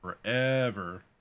forever